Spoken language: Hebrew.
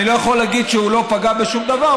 אני לא יכול להגיד שהוא לא פגע בשום דבר.